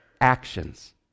actions